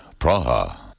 Praha